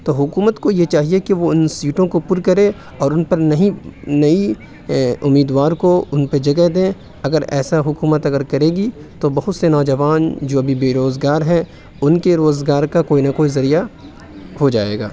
تو حکومت کو یہ چاہیے کہ وہ اُن سیٹوں کو پُر کرے اور اُن پر نہیں نئی اُمیدوار کو اُن پہ جگہ دیں اگر ایسا حکومت اگر کرے گی تو بہت سے نوجوان جو ابھی بے روزگار ہیں اُن کے روزگار کا کوئی نہ کوئی ذریعہ ہو جائے گا